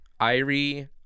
irie